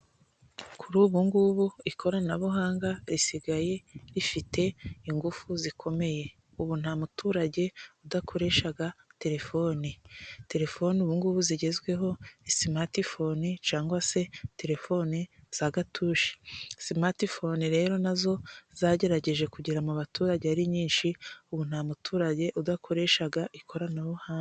Kuri ubu ng'ubu ikoranabuhanga risigaye rifite ingufu zikomeye, ubu nta muturage udakoresha telefone. Telefone ubu ng'ubu zigezweho ni simatifoni cyangwa se telefoni za gatushi. Simatifone rero na zo zagerageje kugera mu baturage ari nyinshi, ubu nta muturage udakoresha ikoranabuhanga.